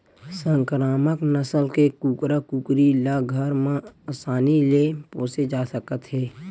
संकरामक नसल के कुकरा कुकरी ल घर म असानी ले पोसे जा सकत हे